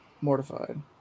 mortified